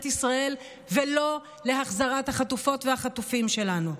ישראל ולא להחזרת החטופות והחטופים שלנו.